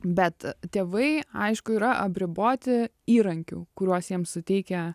bet tėvai aišku yra apriboti įrankių kuriuos jiems suteikia